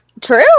True